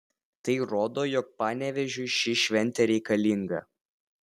tai rodo jog panevėžiui ši šventė reikalinga